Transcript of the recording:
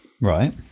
right